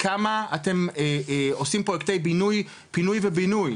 כמה אתם עושים פרויקטים של פינוי בינוי,